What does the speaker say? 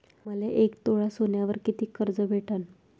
मले एक तोळा सोन्यावर कितीक कर्ज भेटन?